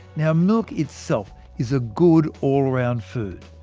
yeah milk itself is a good all-round food.